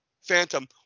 phantom